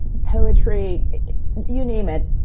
poetry you name it.